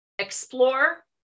explore